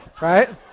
right